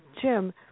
Jim